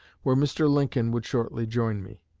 where mr. lincoln would shortly join me.